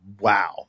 wow